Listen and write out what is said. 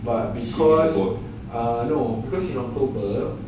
ah no because in october